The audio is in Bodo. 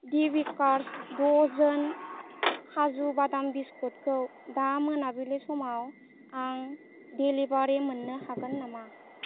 दि बेकार्स दजोन काजु बादाम बिस्कुटखौ दा मोनाबिलिसिमाव आं देलिबारि मोननो हागोन नामा